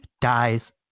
dies